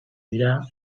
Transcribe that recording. dira